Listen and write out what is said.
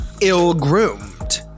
ill-groomed